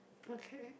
okay